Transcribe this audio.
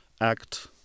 act